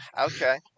Okay